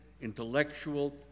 intellectual